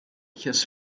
has